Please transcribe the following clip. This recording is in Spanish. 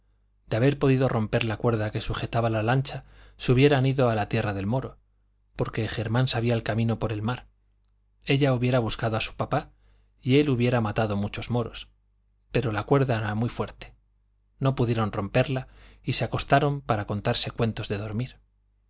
de haber podido romper la cuerda que sujetaba la lancha se hubieran ido a la tierra del moro porque germán sabía el camino por el mar ella hubiera buscado a su papá y él hubiera matado muchos moros pero la cuerda era muy fuerte no pudieron romperla y se acostaron para contarse cuentos de dormir